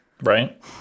Right